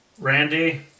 Randy